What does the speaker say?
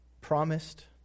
promised